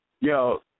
Yo